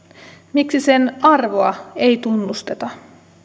miksi sen arvoa ei tunnusteta